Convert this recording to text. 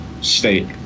state